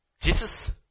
Jesus